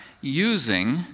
using